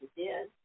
again